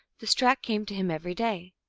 this track came to him every day.